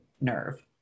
nerve